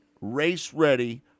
race-ready